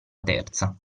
terza